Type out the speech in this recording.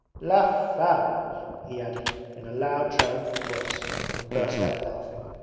la fame he added in a loud triumphant voice and burst out laughing.